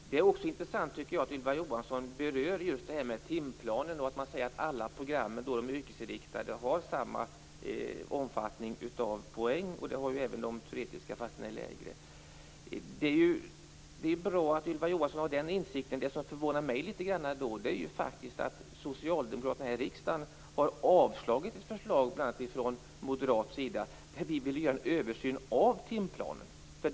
Jag tycker också att det intressant att Ylva Johansson berör just det här med timplanen och att alla yrkesinriktade program har samma omfattning av poäng. Det har ju även de teoretiska, fast den är lägre. Det är bra att Ylva Johansson har den insikten. Det som förvånar mig litet är att socialdemokraterna här i riksdagen har avstyrkt ett förslag från bl.a. moderat sida där vi vill göra en översyn av timplanen.